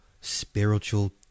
spiritual